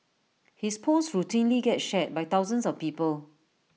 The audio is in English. his posts routinely get shared by thousands of people